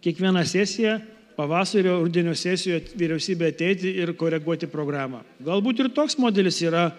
kiekvieną sesiją pavasario rudenio sesijoj vyriausybė ateiti ir koreguoti programą galbūt ir toks modelis yra